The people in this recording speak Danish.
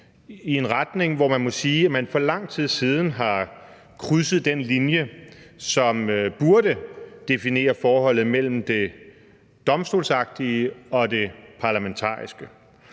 i en retning, hvor man må sige, at man for lang tid siden har krydset den linje, som burde definere forholdet mellem det domstolsagtige og det parlamentariske.